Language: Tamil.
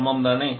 ஆமாம் தானே